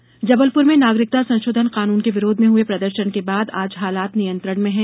कानून विरोध जबलप्र में नागरिकता संशोधन कानून के विरोध में हए प्रदर्शन के बाद आज हालात नियत्रण में हैं